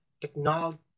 technology